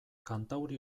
kantauri